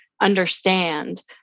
understand